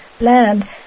land